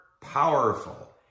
powerful